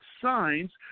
signs